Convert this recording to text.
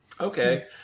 okay